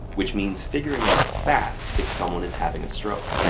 which means figuring out fast if someone is having a stroke.